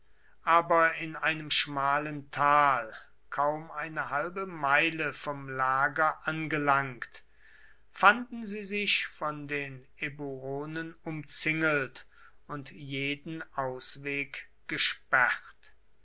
aber in einem schmalen tal kaum eine halbe meile vom lager angelangt fanden sie sich von den eburonen umzingelt und jeden ausweg gesperrt